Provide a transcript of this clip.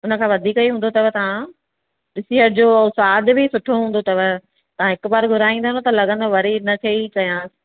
हुनखां वधीक ई हूंदो अथव तव्हां डिसी अचिजो स्वादु बि सुठो हूंदो अथव तव्हां हिक बार घुराईंदव त लगंदव वरी इनखे ई चई चयां